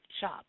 shop